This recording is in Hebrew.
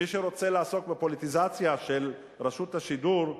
מי שרוצה לעסוק בפוליטיזציה של רשות השידור,